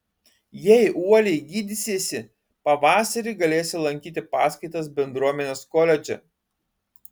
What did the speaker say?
jei uoliai gydysiesi pavasarį galėsi lankyti paskaitas bendruomenės koledže